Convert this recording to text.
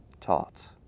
taught